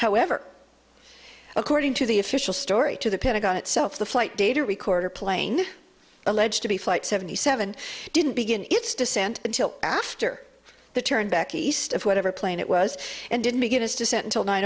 however according to the official story to the pentagon itself the flight data recorder plane alleged to be flight seventy seven didn't begin its descent until after the turn back east of whatever plane it was and didn't begin its descent until nine